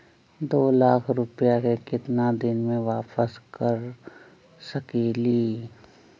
दो लाख रुपया के केतना दिन में वापस कर सकेली?